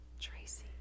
Tracy